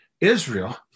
Israel